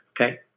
okay